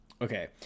Okay